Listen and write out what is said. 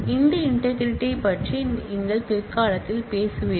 இந்த இன்டெக்ரிடி ஐ பற்றி பிற்காலத்தில் பேசுவோம்